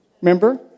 remember